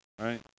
Right